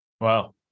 Wow